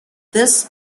this